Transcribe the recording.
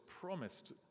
promised